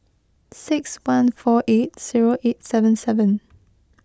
six one four eight zero eight seven seven